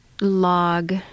log